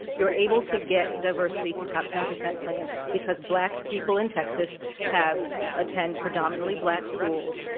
you're able to get diversity through top ten percent plans because black people in texas have attend predominantly black schools,